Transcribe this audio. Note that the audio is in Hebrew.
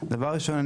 דבר ראשון,